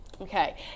Okay